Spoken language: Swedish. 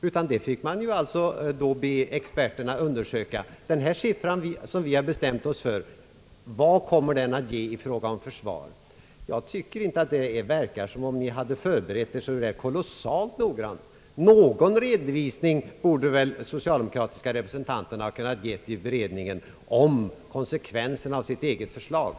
I stället fick man lov att be experterna undersöka vad den summa som blivit bestämd skulle kunna ge försvaret. Jag tycker inte det verkar som om ni hade förberett er så där väldigt noggrant. Någon redovisning borde väl de socialdemokratiska representanterna i utredningen ha kunnat ge om konsekvenserna av sitt eget förslag.